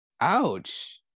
ouch